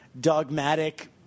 dogmatic